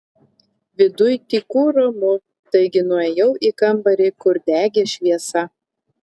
viduj tyku ramu taigi nuėjau į kambarį kur degė šviesa